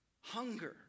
Hunger